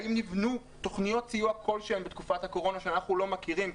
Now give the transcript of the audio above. האם נבנו תוכניות סיוע כלשהן בתקופת הקורונה שאנחנו לא מכירים?